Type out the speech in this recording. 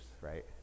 right